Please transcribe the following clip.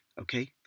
okay